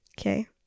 Okay